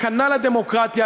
סכנה לדמוקרטיה,